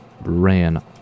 ran